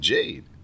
Jade